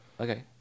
Okay